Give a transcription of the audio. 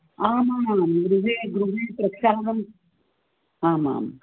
आमां गृहे गृहे प्रक्षालनं आम् आम्